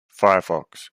firefox